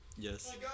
Yes